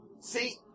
See